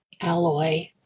alloy